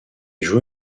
joue